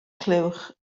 clywch